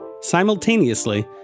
Simultaneously